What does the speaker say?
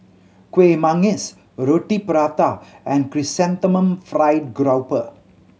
Kueh Manggis Roti Prata and Chrysanthemum Fried Grouper